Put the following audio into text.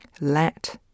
Let